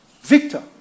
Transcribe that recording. victor